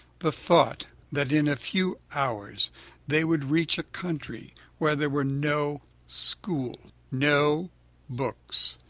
the thought that in a few hours they would reach a country where there were no schools, no books,